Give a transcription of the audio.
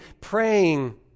praying